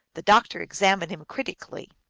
the doc tor examined him critically.